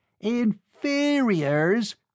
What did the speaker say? Inferiors